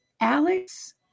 Alex